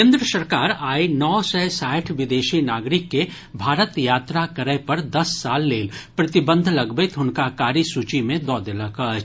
केन्द्र सरकार आइ नओ सय साठि विदेशी नागरिक के भारत यात्रा करय पर दस साल लेल प्रतिबंध लगबैत हुनका कारी सूची मे दऽ देलक अछि